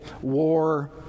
war